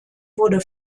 wurde